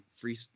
free